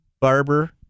barber